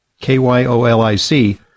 K-Y-O-L-I-C